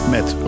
Met